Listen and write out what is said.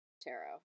tarot